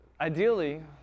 ideally